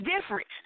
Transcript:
different